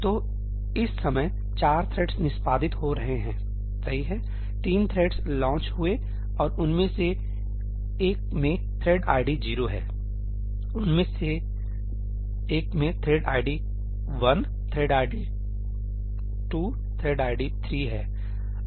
तो इस समय चार थ्रेड निष्पादित हो रहे हैं सही है तीन थ्रेड लॉन्च हुए और उनमें से एक में थ्रेड आईडी 0 है उनमें से एक में thread ID 1 thread ID 2 thread ID 3 है